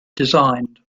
designed